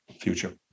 future